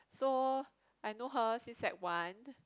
so I know her since sec one